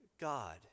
God